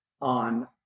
on